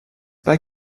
pas